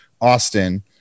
Austin